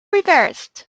reversed